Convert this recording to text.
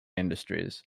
industries